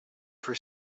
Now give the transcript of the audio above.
for